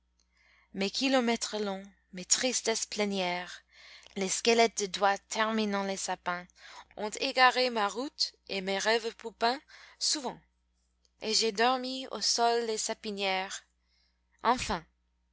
mes kilomètres longs mes tristesses plénières les squelettes de doigts terminant les sapins ont égaré ma route et mes rêves poupins souvent et j'ai dormi au sol des sapinières enfin